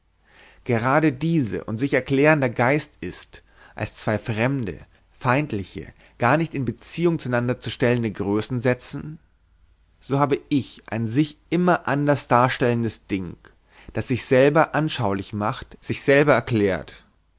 gerade diese und sich erklärender geist ist als zwei fremde feindliche garnicht in beziehung zueinander zu stellende größen setzen so habe ich ein sich immer anders darstellendes ding das sich sich selber anschaulich macht sich selber erklärt